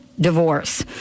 divorce